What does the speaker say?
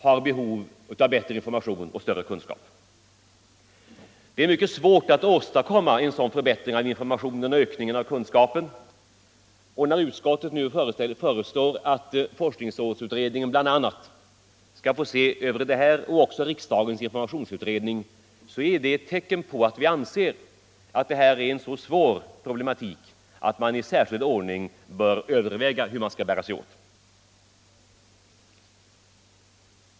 När utskottet nu föreslår att forskningsrådsutredningen och riksdagens informationsutredning skall få se över detta så är det ett tecken på att vi anser att det är en så svår problematik att man i särskild ordning bör överväga hur man skall gå till väga.